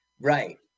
Right